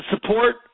support